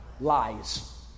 lies